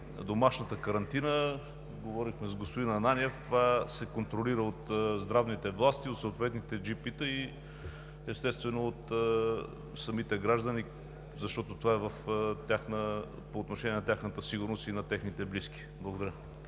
домашната карантина, говорихме с господин Ананиев, това се контролира от здравните власти, от съответните джипита и, естествено, от самите граждани, защото това е по отношение на тяхната и на техните близки сигурност.